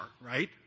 right